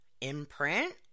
imprint